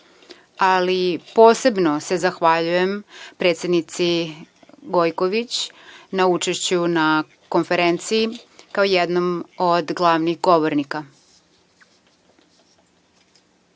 ali posebno se zahvaljujem predsednici Gojković na učešću na konferenciji, kao jednom od glavnih govornika. Debate